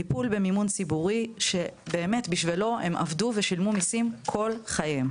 טיפול במימון ציבורי שבשבילו הם עבדו ושילמו מיסים כל חייהם,